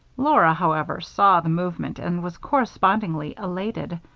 laura, however, saw the movement and was correspondingly elated.